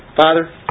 Father